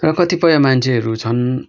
र कतिपय मान्छेहरू छन्